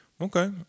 okay